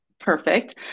perfect